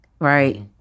right